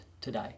today